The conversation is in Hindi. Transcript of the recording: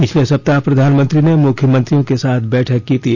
पिछले सप्ताह प्रधानमंत्री ने मुख्यमंत्रियों के साथ बैठक की थी